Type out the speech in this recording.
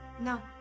No